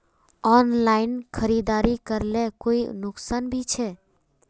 Online खरीदारी करले कोई नुकसान भी छे?